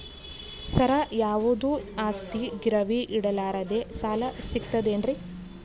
ಸರ, ಯಾವುದು ಆಸ್ತಿ ಗಿರವಿ ಇಡಲಾರದೆ ಸಾಲಾ ಸಿಗ್ತದೇನ್ರಿ?